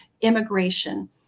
immigration